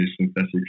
synthetic